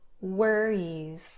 worries